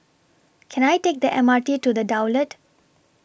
Can I Take The M R T to The Daulat